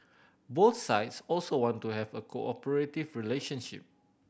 both sides also want to have a cooperative relationship